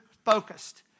focused